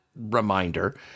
reminder